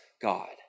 God